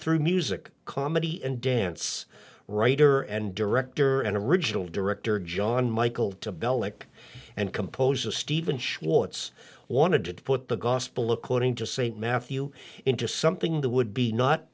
through music comedy and dance writer and director and original director john michael to bellick and compose a stephen schwartz wanted to put the gospel according to st matthew into something that would be not